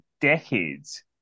decades